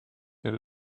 that